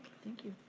thank you.